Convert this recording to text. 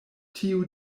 tiu